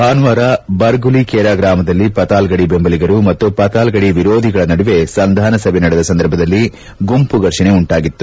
ಭಾನುವಾರ ಬರ್ಗುಲಿಕೇರಾ ಗ್ರಾಮದಲ್ಲಿ ಪತಾಲ್ಗಡಿ ಬೆಂಬಲಿಗರು ಮತ್ತು ಪತಾಲ್ಗಡಿ ವಿರೋಧಿಗಳ ನಡುವೆ ಸಂಧಾನ ಸಭೆ ನಡೆದ ಸಂದರ್ಭದಲ್ಲಿ ಗುಂಪು ಫರ್ಷಣೆ ಉಂಟಾಗಿತ್ತು